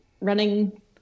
running